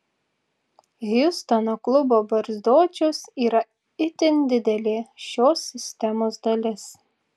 hjustono klubo barzdočius yra itin didelė šios sistemos dalis